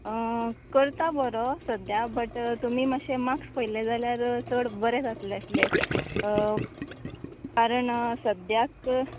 करता बरो सद्द्या बट तुमी मात्शे मार्क्स पळयल्ले जाल्यार चड बरें जातलें आसलें कारण सद्द्याक